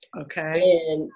Okay